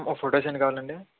photos ఎన్ని కావాలండి